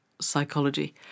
psychology